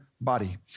body